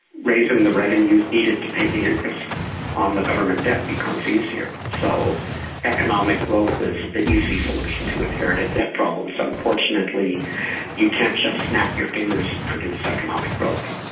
raising the revenue needed to pay the interest on the government debt becomes easier. so economic growth is the easy solution to inherited debt problems. unfortunately you can't just snap your fingers and produce economic growth.